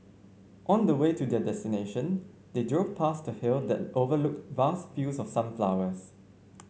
on the way to their destination they drove past a hill that overlooked vast fields of sunflowers